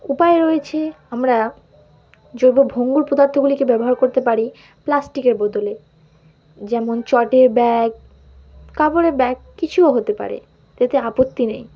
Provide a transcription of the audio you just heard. উপায়ে রয়েছে আমরা জৈব ভঙ্গুর পদার্থগুলিকে ব্যবহার করতে পারি প্লাস্টিকের বদলে যেমন চটের ব্যাগ কাপড়ের ব্যাগ কিছুও হতে পারে এতে আপত্তি নেই